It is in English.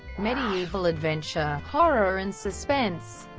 medieval adventure, horror and suspense.